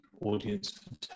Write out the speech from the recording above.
audience